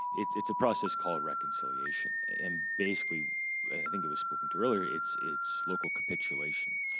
it's it's a process called reconciliation, and basically, and i think it was spoken to earlier. it's it's local capitulation,